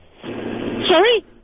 Sorry